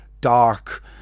dark